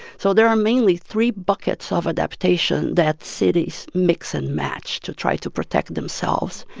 so there are mainly three buckets of adaptation that cities mix and match to try to protect themselves.